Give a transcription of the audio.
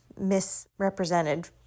misrepresented